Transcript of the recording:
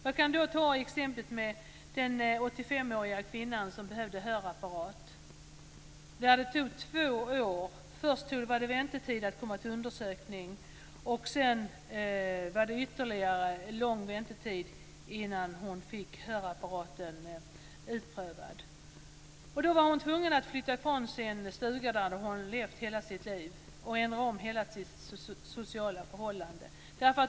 Jag kan ta exemplet med den 85-åriga kvinnan som behövde hörapparat. Det tog två år. Först var det väntetid för att komma på undersökning. Sedan var det ytterligare lång väntetid innan hon fick hörapparaten utprövad. Hon var tvungen att flytta ifrån sin stuga där hon hade levt hela sitt liv och ändra om alla sociala förhållanden.